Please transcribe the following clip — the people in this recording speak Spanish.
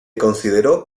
consideró